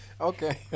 Okay